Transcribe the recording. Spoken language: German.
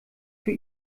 für